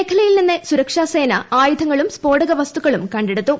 മേഖലയിൽ നിന്ന് സുരക്ഷാസേന ആയുധങ്ങളും സ്ഫോടകവസ്തുക്കളും കണ്ടെടുത്തു